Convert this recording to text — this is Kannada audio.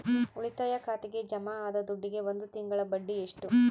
ಉಳಿತಾಯ ಖಾತೆಗೆ ಜಮಾ ಆದ ದುಡ್ಡಿಗೆ ಒಂದು ತಿಂಗಳ ಬಡ್ಡಿ ಎಷ್ಟು?